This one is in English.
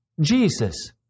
Jesus